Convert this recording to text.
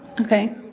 Okay